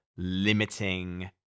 Limiting